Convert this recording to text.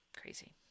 crazy